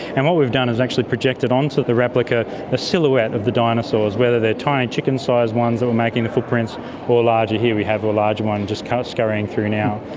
and what we've done is actually projected onto the replica a silhouette of the dinosaurs, whether they are tiny chicken-sized ones that were making the footprints or larger, here we have a larger one just kind of scurrying through now.